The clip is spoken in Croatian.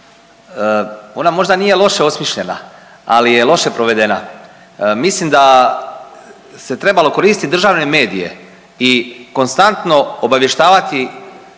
ona možda nije loše osmišljena, ali je loše provedena. Mislim da se trebalo koristiti državne medije i konstantno obavještavati